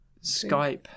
Skype